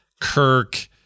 Kirk